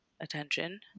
attention